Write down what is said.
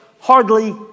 hardly